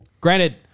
Granted